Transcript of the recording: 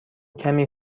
کمی